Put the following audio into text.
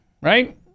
right